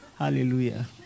Hallelujah